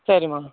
சரிமா